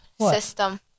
system